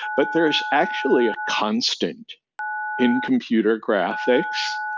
but there's actually a constant in computer graphics,